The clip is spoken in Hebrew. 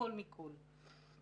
הכול מכול.